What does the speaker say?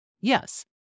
Yes